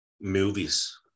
movies